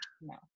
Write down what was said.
no